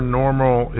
normal